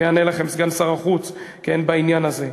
ויענה לכם סגן שר החוץ בעניין הזה.